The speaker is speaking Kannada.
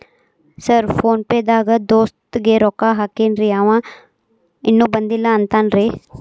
ಸರ್ ಫೋನ್ ಪೇ ದಾಗ ದೋಸ್ತ್ ಗೆ ರೊಕ್ಕಾ ಹಾಕೇನ್ರಿ ಅಂವ ಇನ್ನು ಬಂದಿಲ್ಲಾ ಅಂತಾನ್ರೇ?